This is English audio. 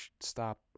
stop